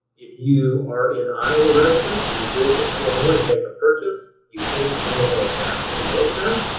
if you are an iowa resident and you go over to illinois make a purchase, you pay the illinois tax when you're over there,